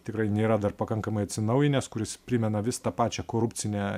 tikrai nėra dar pakankamai atsinaujinęs kuris primena vis tą pačią korupcinę